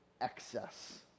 excess